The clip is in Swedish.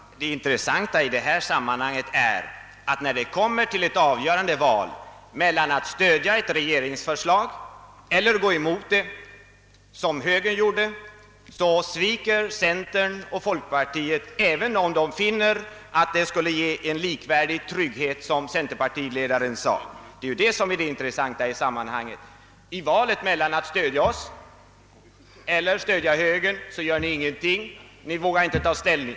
Herr talman! Det intressanta i detta sammanhang är att när det kommer till ett avgörande val mellan att stödja ett regeringsförslag och gå emot det, som högern gjorde, så sviker centern och folkpartiet, även om de finner att förslaget skulle ge en likvärdig trygghet, som centerpartiledaren sade. I valet mellan att stödja oss och stödja högern gör ni ingenting — ni vågar inte ta ställning.